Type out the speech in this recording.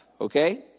okay